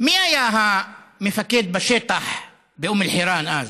מי היה המפקד בשטח באום אל-חיראן אז?